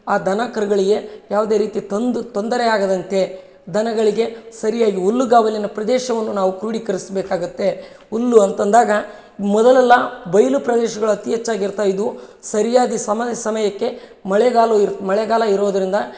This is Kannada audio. ಆ ದನ ಕರುಗಳಿಗೆ ಯಾವುದೇ ರೀತಿ ತೊಂದ್ ತೊಂದರೆ ಆಗದಂತೆ ದನಗಳಿಗೆ ಸರಿಯಾಗಿ ಹುಲ್ಲುಗಾವಲಿನ ಪ್ರದೇಶವನ್ನು ನಾವು ಕ್ರೋಡೀಕರ್ಸ್ಬೇಕಾಗತ್ತೆ ಹುಲ್ಲು ಅಂತಂದಾಗ ಮೊದಲೆಲ್ಲ ಬಯಲು ಪ್ರದೇಶಗಳು ಅತಿ ಹೆಚ್ಚಾಗ್ ಇರ್ತಾ ಇದ್ವು ಸರಿಯಾಗಿ ಸಮ ಸಮಯಕ್ಕೆ ಮಳೆಗಾಲ ಇರೋ ಮಳೆಗಾಲ ಇರೋದರಿಂದ